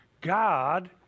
God